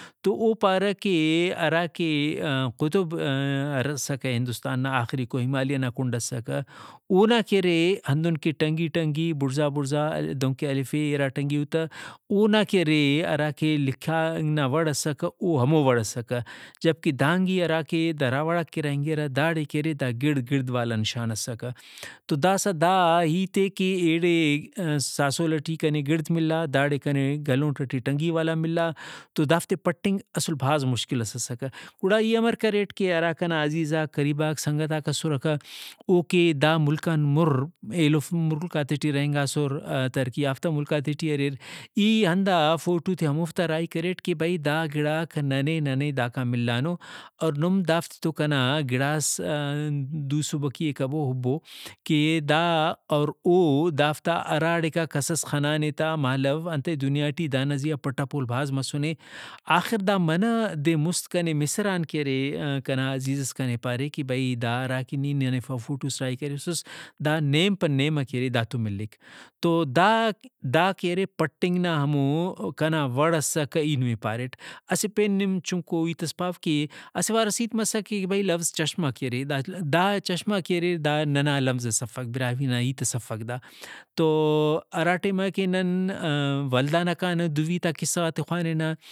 تو او پارہ کہ ہراکہ قطب(voice)ہندوستان نا آخریکو ہمالیہ کنڈ اسکہ اونا کہ ارے ہندن کہ ٹنگی ٹنگی بُڑزا بُڑزا دُہنکہ الف اے اِرا ٹنگی او تہ اونا کہ ارے ہراکہ لکھانا وڑ اسکہ او ہمو وڑ اسکہ جبکہ دانگی ہراکہ دراوڑاک کہ رہینگرہ داڑے کہ ارے دا گڑد گڑد والا نشان اسکہ تو داسہ دا ہیتے کہ ایڑے ساسول ٹی کنے گڑد مِلا داڑے کنے گلونٹ ٹی ٹنگی والا تو دافتے پٹنگ اسل بھاز مشکل ئس اسکہ گڑا ای امر کریٹ کہ ہراکنا عزیزاک قریباک سنگتاک اسرکہ او کہ دا مُلک آن مُر ایلوف مُلکاتے ٹی رہینگاسر ترقیافتہ مُلکاتے ٹی اریر ای ہندا فوٹوتے ہموفتا راہی کریٹ کہ بھئی دا گڑاک ننے ننے داکان ملانو اور نم دافتتو کنا گڑاس دو سُبکی ئے کبو ہُبو کہ دا اور او دافتا ہراڑیکا کسس خنانے تا مالو انتئے دُنیا ٹی دانا زیہا پٹ ءَ پول بھاز مسُنے آخر دا منہ دے مُست کنے مصر آن کہ ارے کنا عزیز ئس کنے پارے کہ بھئی دا ہراکہ نی ننے فوٹوس راہی کریسس دا نیم پہ نیمہ کہ ارے داتو ملک ۔تو دا داکہ ارے پٹنگ نا ہمو کنا وڑ اسکہ ای نمے پاریٹ۔ اسہ پین نم چنکو ہیتس پاو کہ اسہ وارس ہیت مسک کہ بھئی لوظ چشمہ کہ ارے دا داچشمہ کہ ارے داننا لوظ ئس افک براہوئی نا ہیتس افک دا۔ تو ہراٹائماکہ نن ولدا نا کانہ دُوی تا قصہ غاتے خواننہ